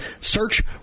Search